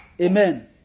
Amen